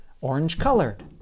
orange-colored